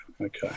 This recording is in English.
Okay